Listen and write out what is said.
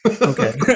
Okay